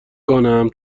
کنم